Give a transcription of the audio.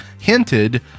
hinted